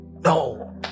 No